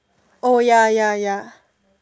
oh ya ya ya